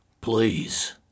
Please